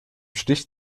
stich